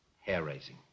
hair-raising